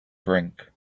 drink